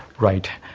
right.